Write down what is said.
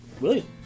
William